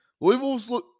Louisville's